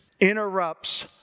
interrupts